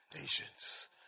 nations